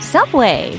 Subway